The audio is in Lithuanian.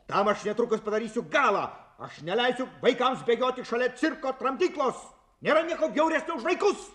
tam aš netrukus padarysiu galą aš neleisiu vaikams bėgioti šalia cirko tramdyklos nėra nieko bjauresnio už vaikus